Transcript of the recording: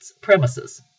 premises